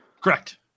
Correct